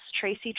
Tracy